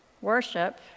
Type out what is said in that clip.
worship